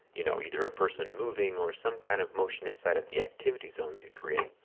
you know, either a person moving or some kind of motion inside of the activity zones you create.